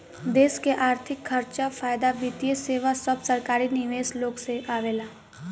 देश के अर्थिक खर्चा, फायदा, वित्तीय सेवा सब सरकारी निवेशक लोग से आवेला